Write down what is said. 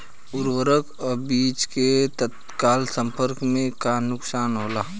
उर्वरक अ बीज के तत्काल संपर्क से का नुकसान होला?